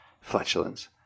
flatulence